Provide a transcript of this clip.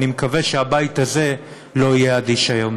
ואני מקווה שהבית הזה לא יהיה אדיש היום.